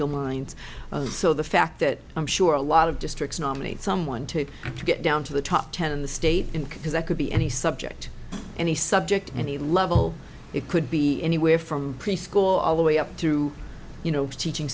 collegial mind so the fact that i'm sure a lot of districts nominate someone to get down to the top ten in the state in because that could be any subject any subject any level it could be anywhere from preschool all the way up to you know teaching